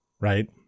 right